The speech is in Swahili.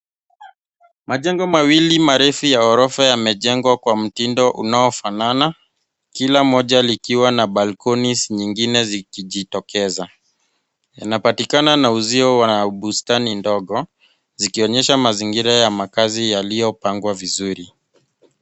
Majengo mawili ya ghorofa yamejengwa kwa mtindo unaofanana. Kila moja likiwa na balconies nyengine zikijitokeza. Inapatikana na uzio wa bustani ndogo zikionyesha mazingira ya makazi yaliyopangwa vizuri.